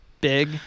big